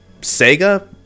sega